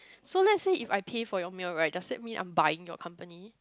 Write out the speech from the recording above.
so let's say if I pay for your meal right does it mean I'm buying your company